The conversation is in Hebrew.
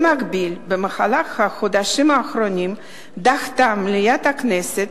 במקביל, במהלך החודשיים האחרונים דחתה מליאת הכנסת